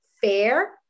fair